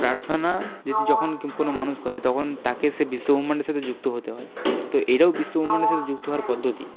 প্রার্থনা যদি যখন কোনো মানুষ করে তখন তাকে সেই বিশ্ব ব্রহ্মাণ্ডের সাথে যুক্ত হতে হয় তো এটাও বিশ্ব ব্রহ্মাণ্ডের সাথে যুক্ত হওয়ার পদ্ধতি